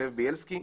זאב ביילסקי,